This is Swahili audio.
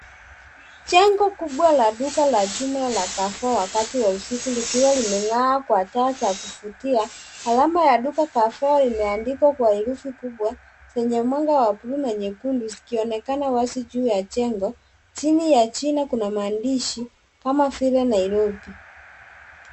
Jengo kubwa la duka la chuma la carrefour wakati wa usiku likiwa limeng'aa kwa taa za kuvutia. Alama ya duka, carrefour, imeandikwa kwa herufi kubwa yenye mwanga wa bluu na nyekundu zikionekana wazi juu ya jengo. Chini ya jina kuna maandishi kama vile Nairobi.